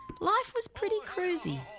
life was pretty crazy.